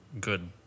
good